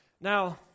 Now